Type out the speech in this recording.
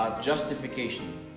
Justification